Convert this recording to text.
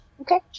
Okay